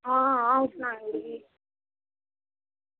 आं सनाई ओड़गी